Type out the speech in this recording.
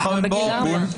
בגיל ארבע.